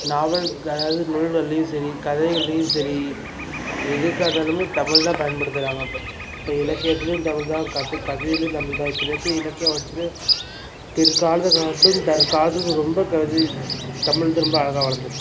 நாவல் அதாவது நூல்கள்லேயும் சரி கதைகள்லேயும் சரி எதுக்காகருந்தாலுமே தமிழ்தான் பயன்படுத்துகிறாங்க அப்போ இப்போ இலக்கியத்துலேயும் தமிழ்தான் க கத் கவிதையிலேயும் தமிழ்தான் இப்போ இருக்கற இலக்கிய வளர்ச்சியில் பிற்காலத்தை காட்டிலும் தற்காலத்துக்கு ரொம்ப க இது தமிழ் தா ரொம்ப அழகாக வளர்ந்து